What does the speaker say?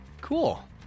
Cool